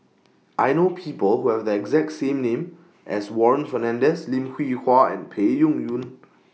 I know People Who Have The exact same name as Warren Fernandez Lim Hwee Hua and Peng Yuyun